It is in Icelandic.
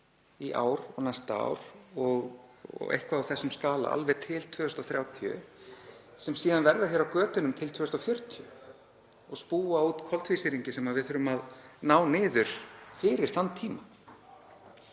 í ár og næsta ár og eitthvað á þessum skala alveg til 2030 sem síðan verða hér á götunum til 2040 og spúa út koltvísýringi sem við þurfum að ná niður fyrir þann tíma?